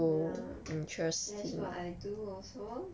ya that's what I do also